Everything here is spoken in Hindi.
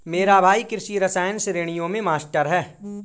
मेरा भाई कृषि रसायन श्रेणियों में मास्टर है